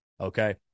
Okay